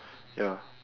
ya